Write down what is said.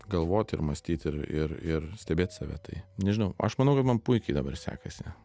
galvot ir mąstyt ir ir ir stebėt save tai nežinau aš manau kad man puikiai dabar sekasi